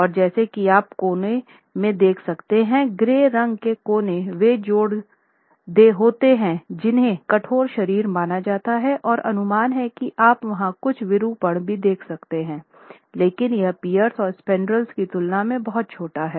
और जैसा कि आप कोने में देख सकते हैं ग्रे रंग के कोने वे जोड़ होते हैं जिन्हें कठोर शरीर माना जाता है और अनुमान है कि आप वहाँ कुछ विरूपण भी देख सकते है लेकिन यह पीअर्स और स्पैंड्रल्स की तुलना में बहुत छोटा होता है